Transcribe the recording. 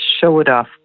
show-it-off